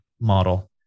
model